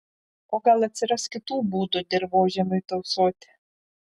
o gal atsiras kitų būdų dirvožemiui tausoti